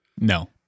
No